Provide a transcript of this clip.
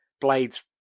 blades